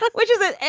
but which is it?